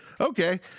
Okay